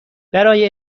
برای